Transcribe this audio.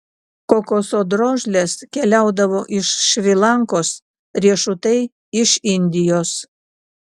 kokoso drožlės keliaudavo iš šri lankos riešutai iš indijos